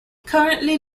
currently